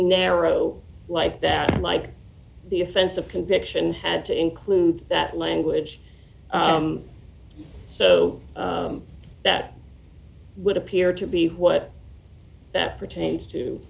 narrow like that like the offense of conviction had to include that language so that would appear to be what that pertains to